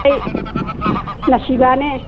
ꯑꯩ ꯅꯥꯁꯤꯕꯥꯅꯦ